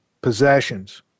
possessions